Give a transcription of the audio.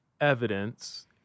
evidence